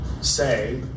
say